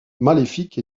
maléfique